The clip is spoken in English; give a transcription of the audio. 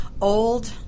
old